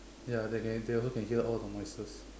ya they can they also can hear all the noises